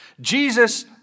Jesus